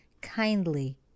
kindly